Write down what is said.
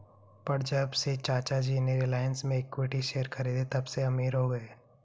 पर जब से चाचा जी ने रिलायंस के इक्विटी शेयर खरीदें तबसे अमीर हो गए